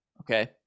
okay